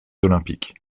olympiques